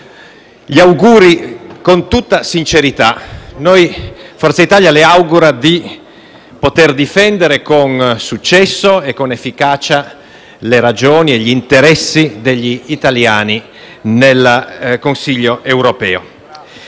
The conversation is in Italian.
gli auguri con tutta sincerità; il Gruppo Forza Italia le augura di poter difendere con successo e con efficacia le ragioni e gli interessi degli italiani nel prossimo Consiglio europeo.